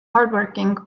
hardworking